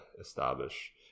establish